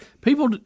People